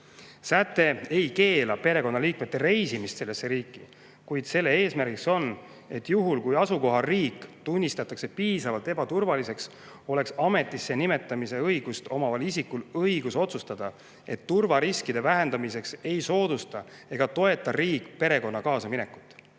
Säte ei keela perekonnaliikmetel sellesse riiki reisida. Muudatuse eesmärk on, et juhul kui asukohariik tunnistatakse piisavalt ebaturvaliseks, oleks ametisse nimetamise õigust omaval isikul õigus otsustada, et turvariskide vähendamiseks ei soodusta ega toeta riik perekonna kaasaminekut.